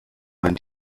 mein